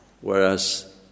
whereas